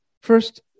first